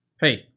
Hey